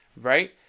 right